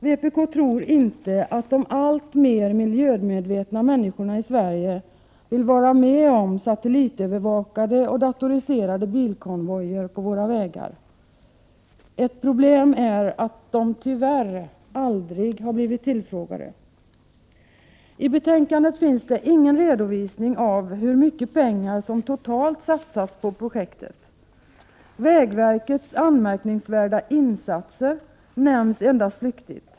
Vpk tror inte att de alltmer miljömedvetna människorna i Sverige vill vara med om satellitövervakade och datoriserade bilkonvojer på vägarna. Ett problem är att de tyvärr aldrig har blivit tillfrågade. I betänkandet finns det ingen redovisning av hur mycket pengar som totalt har satsats på projektet. Vägverkets anmärkningsvärda ”insatser” nämns endast flyktigt.